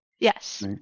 Yes